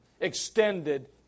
extended